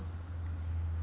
mm